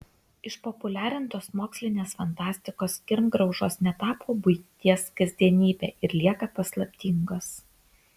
išpopuliarintos mokslinės fantastikos kirmgraužos netapo buities kasdienybe ir lieka paslaptingos